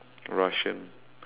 Russian